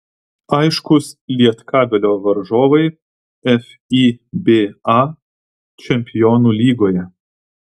aiškūs lietkabelio varžovai fiba čempionų lygoje